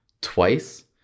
twice